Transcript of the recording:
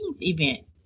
event